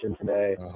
today